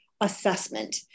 assessment